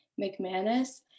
McManus